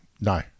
No